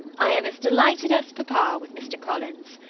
i am as delighted as papa with mr. collins.